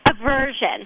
aversion